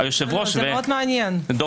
מה